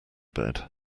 bed